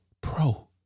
pro